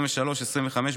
23 25,